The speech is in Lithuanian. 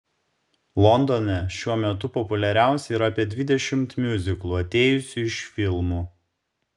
londone šiuo metu populiariausi yra apie dvidešimt miuziklų atėjusių iš filmų